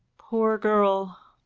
poor girl!